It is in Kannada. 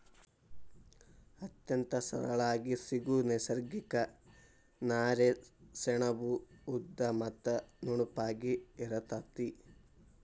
ಅತ್ಯಂತ ಸರಳಾಗಿ ಸಿಗು ನೈಸರ್ಗಿಕ ನಾರೇ ಸೆಣಬು ಉದ್ದ ಮತ್ತ ನುಣುಪಾಗಿ ಇರತತಿ